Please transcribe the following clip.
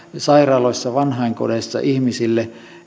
sairaaloissa ja vanhainkodeissa ihmisille